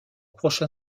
prochain